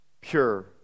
pure